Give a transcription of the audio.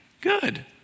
good